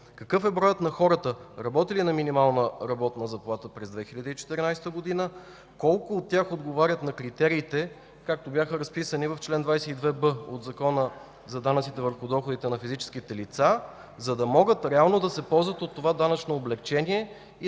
какъв е броят на хората, работили на минимална работна заплата през 2014 г.? Колко от тях отговарят на критериите, както бяха разписани в чл. 22б от Закона за данъците върху доходите на физическите лица, за да могат реално да се ползват от това данъчно облекчение?